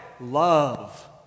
love